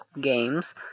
games